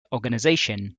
organization